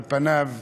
על פניו,